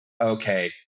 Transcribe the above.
okay